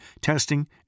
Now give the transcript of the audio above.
testing